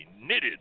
knitted